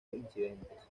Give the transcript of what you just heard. incidentes